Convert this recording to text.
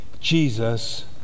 Jesus